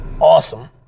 awesome